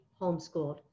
homeschooled